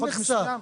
לא מכסה.